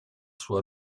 sua